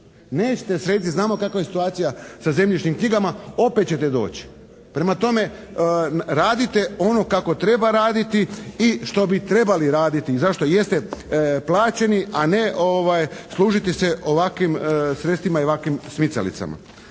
Nećete srediti jer znamo kakva je situacija sa zemljišnim knjigama. Opet ćete doć'. Prema tome, radite ono kako treba raditi i što bi trebali raditi i za što jeste plaćeni a ne služiti se ovakvim sredstvima i ovakvim smicalicama.